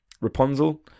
Rapunzel